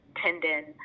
tendon